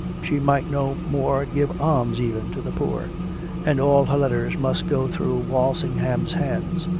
she might no more give alms, even, to the poor and all her letters must go through walsingham's hands.